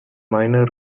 minor